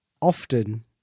often